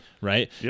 right